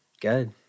Good